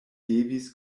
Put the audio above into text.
devis